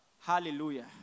Hallelujah